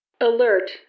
Alert